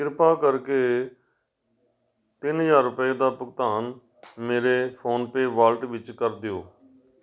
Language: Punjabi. ਕਿਰਪਾ ਕਰਕੇ ਤਿੰਨ ਹਜ਼ਾਰ ਰੁਪਏ ਦਾ ਭੁਗਤਾਨ ਮੇਰੇ ਫੋਨਪੇ ਵਾਲਟ ਵਿੱਚ ਕਰ ਦਿਓ